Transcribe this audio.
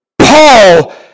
Paul